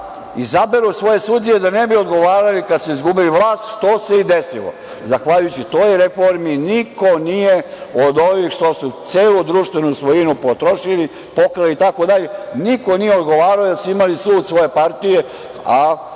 izaberu svoje sudije da ne bi odgovarali kada su izgubili vlast što se i desilo. Zahvaljujući toj reformi niko nije od obih što su celu društvenu svojinu potrošili, pokrali, niko nije odgovarao jer su imali sud svoje partije, a